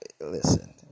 Listen